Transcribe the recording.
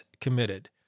Committed